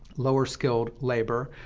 lower-skilled labor,